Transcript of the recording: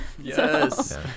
Yes